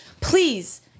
Please